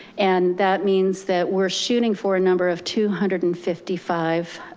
and that means that we're shooting for a number of two hundred and fifty five